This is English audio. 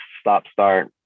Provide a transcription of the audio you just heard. stop-start